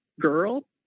girl